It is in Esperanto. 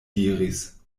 diris